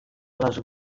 les